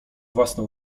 własne